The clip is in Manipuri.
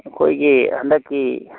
ꯑꯩꯈꯣꯏꯒꯤ ꯍꯟꯗꯛꯀꯤ